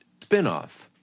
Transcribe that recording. spinoff